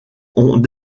ont